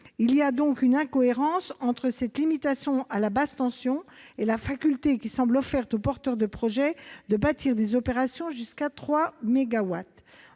Il y a donc une incohérence entre cette limitation à la basse tension et la faculté offerte aux porteurs de projets de bâtir des opérations jusqu'à 3